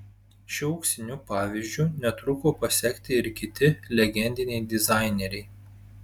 šiuo auksiniu pavyzdžiu netruko pasekti ir kiti legendiniai dizaineriai